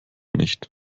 nicht